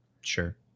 Sure